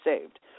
saved